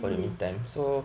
mm